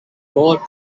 bullet